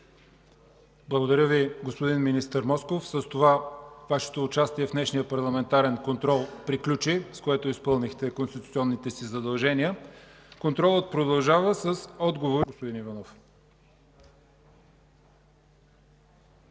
Благодаря Ви, министър Москов. С това Вашето участие в днешния парламентарен контрол приключи, с което изпълнихте конституционните си задължения. Контролът продължава с отговори